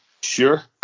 Sure